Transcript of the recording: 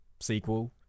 sequel